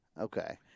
Okay